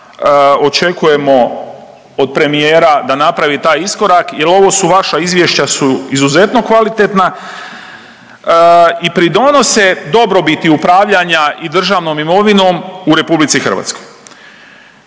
očekujemo od premijera da napravi taj iskorak jel ovo su vaša izvješća su izuzetno kvalitetna i pridonose dobrobiti upravljanja i državnom imovinom u RH. A da se